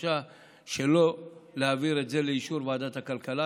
הבקשה שלא להעביר את זה לאישור ועדת הכלכלה,